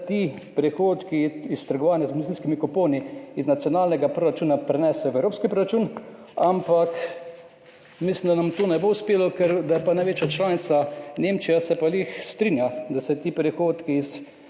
se ti prihodki iz trgovanja z emisijskimi kuponi iz nacionalnega proračuna prenesejo v evropski proračun, ampak mislim, da nam to ne bo uspelo, ker se največja članica, Nemčija, strinja, da se ti prihodki iz